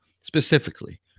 specifically